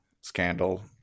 scandal